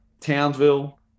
Townsville